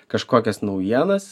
kažkokias naujienas